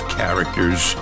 characters